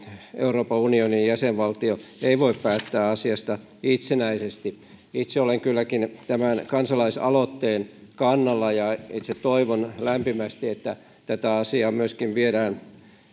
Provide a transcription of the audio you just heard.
euroopan unionin jäsenvaltio ei voi päättää asiasta itsenäisesti itse olen kylläkin tämän kansalaisaloitteen kannalla ja itse toivon lämpimästi että tätä asiaa myöskin viedään